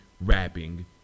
rapping